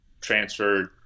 transferred –